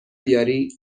بیاری